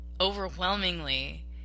overwhelmingly